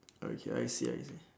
okay I see I see